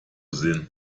sehen